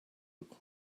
look